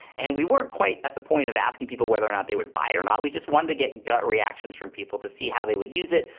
and we weren't quite at the point of asking people whether or not they would buy it or not, we just wanted to get gut reactions from people to see how they would use it,